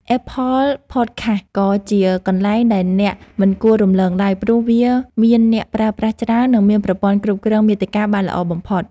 អែបផលផតខាស ក៏ជាកន្លែងដែលអ្នកមិនគួររំលងឡើយព្រោះវាមានអ្នកប្រើប្រាស់ច្រើន និងមានប្រព័ន្ធគ្រប់គ្រងមាតិកាបានល្អបំផុត។